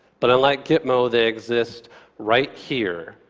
but unlike gitmo they exist right here,